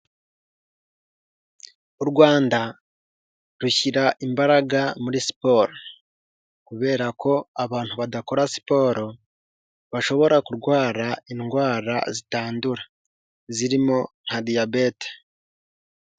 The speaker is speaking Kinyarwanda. U Rwanda rushyira imbaraga muri siporo, kubera ko abantu badakora siporo bashobora kurwara indwara zitandura zirimo nka diyabete.